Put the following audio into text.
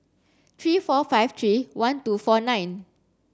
three four five three one two four nine